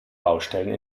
baustellen